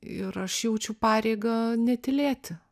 ir aš jaučiu pareigą netylėti